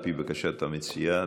על פי בקשת המציעה,